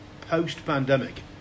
post-pandemic